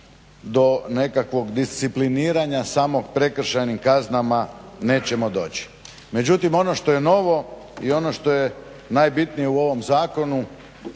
do nekakvog discipliniranja samo prekršajnim kaznama nećemo doći. Međutim, ono što je novo i ono što je najbitnije u ovom zakonu,